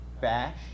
bash